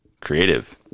creative